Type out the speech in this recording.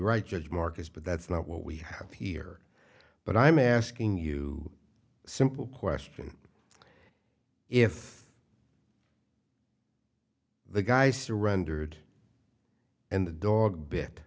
right judge marcus but that's not what we have here but i'm asking you a simple question if the guy surrendered and the dog bit